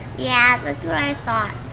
yeah, that's what i thought.